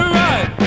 right